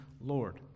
Lord